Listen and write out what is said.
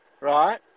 Right